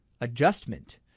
adjustment